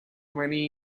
many